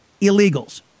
illegals